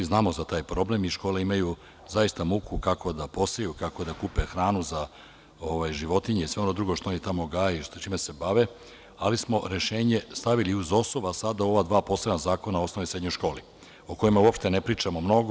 Znamo za taj problem i škole imaju zaista muku kako da poseju, kako da kupe hranu za životinje i sve ono drugo što oni tamo gaje i čime se bave, ali smo rešenje stavili u ova dva poslednja zakona, o osnovnoj i srednjoj školi, o kojima uopšte ne pričamo mnogo.